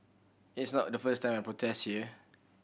it's not the first time I protest here